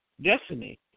destiny